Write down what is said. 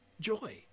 joy